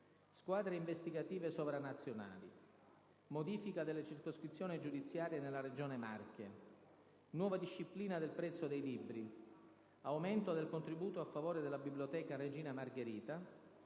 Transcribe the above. squadre investigative sovranazionali; modifica delle circoscrizioni giudiziarie nella Regione Marche; nuova disciplina del prezzo dei libri; aumento del contributo a favore della biblioteca Regina Margherita;